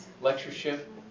Lectureship